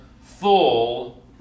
full